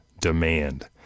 demand